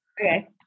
Okay